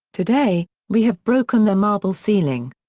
today, we have broken the marble ceiling.